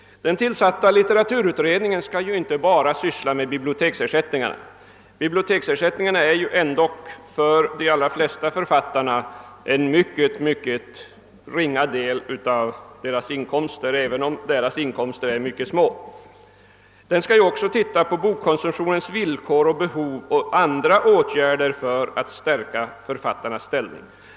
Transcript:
Den tillsatta = litteraturutredningen skall inte bara syssla med frågan om biblioteksersättningarna. Biblioteksersättningarna är ju ändå för de allra flesta författare en mycket ringa del av deras inkomst, även om deras inkomster är mycket små. Utredningen skall också titta på bokkonsumtionens villkor och behov och på andra åtgärder för att stärka författarnas ställning.